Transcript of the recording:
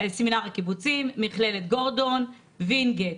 סמינר הקיבוצים, מכללת גורדון, וינגייט.